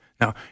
Now